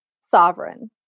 sovereign